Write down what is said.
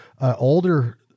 older